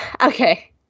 Okay